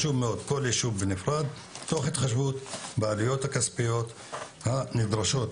תוך התחשבות בעלויות הכספיות הנדרשות לפיתוח,